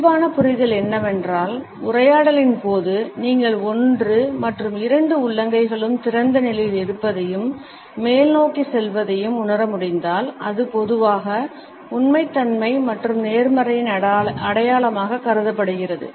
இயல்பான புரிதல் என்னவென்றால் உரையாடலின் போது நீங்கள் ஒன்று மற்றும் இரண்டு உள்ளங்கைகளும் திறந்த நிலையில் இருப்பதையும் மேல்நோக்கிச் செல்வதையும் உணர முடிந்தால் அது பொதுவாக உண்மைத்தன்மை மற்றும் நேர்மையின் அடையாளமாகக் கருதப்படுகிறது